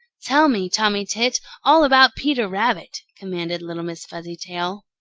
tell me, tommy tit, all about peter rabbit, commanded little miss fuzzytail.